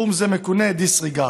סכום זה מכונה disregard.